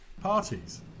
parties